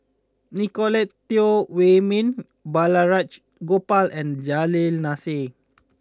Nicolette Teo Wei Min Balraj Gopal and Nasir Jalil